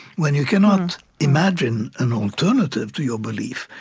when you cannot imagine an alternative to your belief,